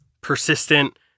persistent